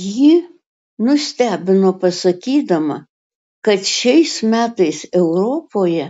ji nustebino pasakydama kad šiais metais europoje